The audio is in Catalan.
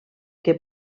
que